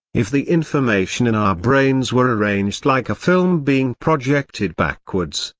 if the information in our brains were arranged like a film being projected backwards,